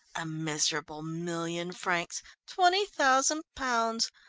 a miserable million francs twenty thousand pounds.